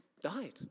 died